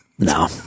No